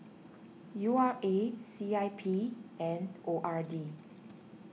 U R A C I P and O R D